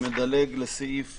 ומדלג לסעיף